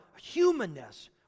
humanness